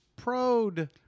prode